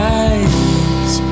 eyes